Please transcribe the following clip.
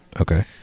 okay